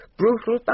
brutal